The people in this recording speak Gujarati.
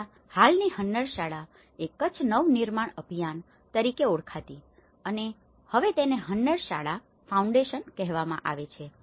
પહેલાં હાલની હન્નરશાળા એ કચ્છ નવ નિર્માણ અભિયાન તરીકે ઓળખાતી હતી અને હવે તેને હંન્નશાળા ફાઉન્ડેશન કહેવામાં આવે છે